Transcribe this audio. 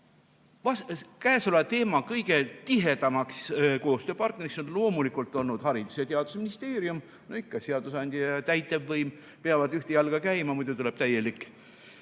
kõige tihedama koostöö partneriks loomulikult olnud Haridus- ja Teadusministeerium. Ikka seadusandja ja täitevvõim peavad ühte jalga käima, muidu tuleb täielik